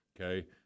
Okay